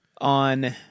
on